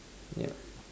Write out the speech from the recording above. ya